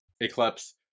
Eclipse